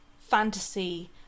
fantasy